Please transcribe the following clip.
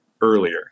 earlier